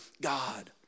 God